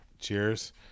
Cheers